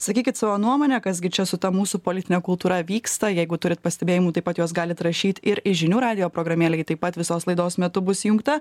sakykit savo nuomonę kas gi čia su ta mūsų politine kultūra vyksta jeigu turit pastebėjimų taip pat juos galit rašyt ir į žinių radijo programėlę ji taip pat visos laidos metu bus įjungta